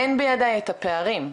אין בידי את הפערים,